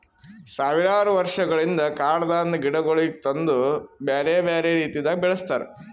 ಸಾವಿರಾರು ವರ್ಷಗೊಳಿಂದ್ ಕಾಡದಾಂದ್ ಗಿಡಗೊಳಿಗ್ ತಂದು ಬ್ಯಾರೆ ಬ್ಯಾರೆ ರೀತಿದಾಗ್ ಬೆಳಸ್ತಾರ್